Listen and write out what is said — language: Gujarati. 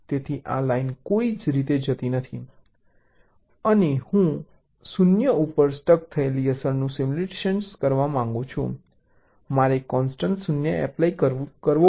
તેથી આ લાઇન કોઈ રીતે જતી નથી અને અહીં હું 0 ઉપર સ્ટક થયેલી અસરનું સીમ્યુલેટ કરવા માટે કોન્સટન્ટ 0 એપ્લાય કરી રહ્યો છું